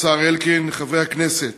השר אלקין, חברי הכנסת,